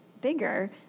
bigger